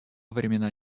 времена